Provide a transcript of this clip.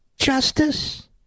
justice